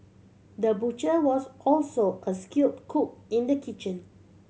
the butcher was also a skill cook in the kitchen